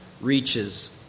reaches